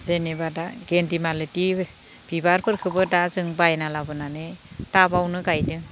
जेनेबा दा गेन्देमालति बिबारफोरखौबो दा जों बायना लाबोनानै ताबआवनो गायदों